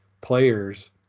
players